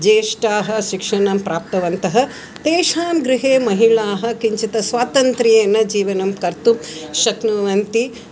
ज्येष्ठाः शिक्षणं प्राप्तवन्तः तेषां गृहे महिलाः किञ्चित् स्वातन्त्र्येन जीवनं कर्तुं शक्नुवन्ति